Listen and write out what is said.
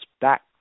back